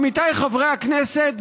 עמיתיי חברי הכנסת,